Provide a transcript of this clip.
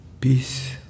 peace